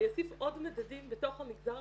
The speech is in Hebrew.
אני אוסיף עוד מדדים בתוך המגזר